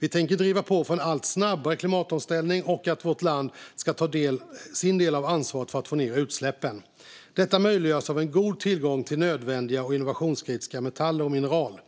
Vi tänker driva på för en allt snabbare klimatomställning och för att vårt land ska ta sin del av ansvaret för att få ned utsläppen. Detta möjliggörs av en god tillgång till nödvändiga och innovationskritiska metaller och mineral.